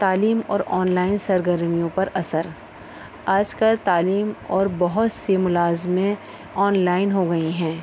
تعلیم اور آنلائن سرگرمیوں پر اثر آج کل تعلیم اور بہت سی ملازمین آنلائن ہو گئی ہیں